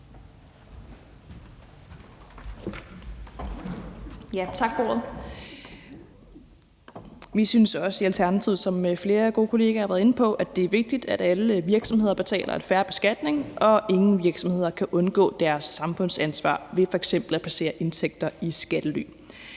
Vi synes også i Alternativet, som flere gode kolleger har været inde på, at det er vigtigt, at alle virksomheder betaler en fair beskatning, og at ingen virksomheder kan undgå deres samfundsansvar ved f.eks. at placere indtægter i skattely.